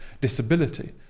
Disability